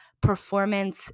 performance